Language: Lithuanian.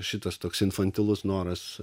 šitas toks infantilus noras